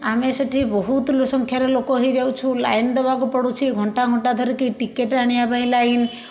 ଆମେ ସେଠି ବହୁତ ଲୋ ସଂଖ୍ୟାରେ ଲୋକ ହେଇଯାଉଛୁ ଲାଇନ ଦେବାକୁ ପଡ଼ୁଛି ଘଣ୍ଟା ଘଣ୍ଟା ଧରିକି ଟିକେଟ ଆଣିବା ପାଇଁ ଲାଇନ